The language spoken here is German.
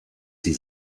sie